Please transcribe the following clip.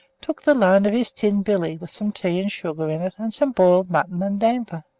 took the loan of his tin billy, with some tea and sugar in it, and some boiled mutton and damper.